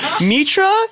Mitra